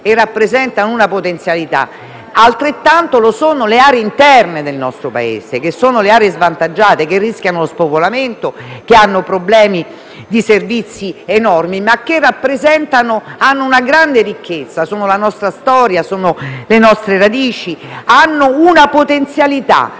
altrettanto lo sono le aree interne del nostro Paese, che sono aree svantaggiate, che rischiano lo spopolamento e hanno problemi di servizi enormi, ma che hanno una grande ricchezza. Sono la nostra storia e le nostre radici. Hanno una potenzialità su cui investire